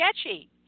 sketchy